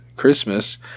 Christmas